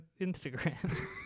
Instagram